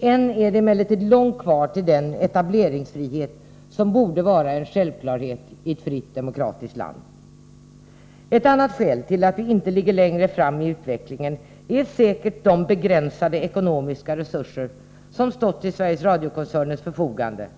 Än är det emellertid långt kvar till den etableringsfrihet som borde vara en självklarhet i ett fritt, demokratiskt land. Ett annat skäl till att vi inte ligger längre fram i utvecklingen är säkert de begränsade ekonomiska resurser som stått till Sveriges Radios förfogande,